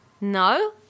No